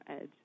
edge